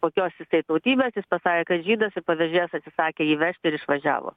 kokios jisai tautybės jis pasakė kad žydas ir pavežėjas atsisakė jį vežti ir išvažiavo